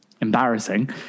embarrassing